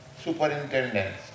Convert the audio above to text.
superintendence